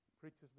preaches